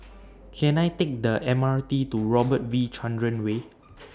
Can I Take The M R T to Robert V Chandran Way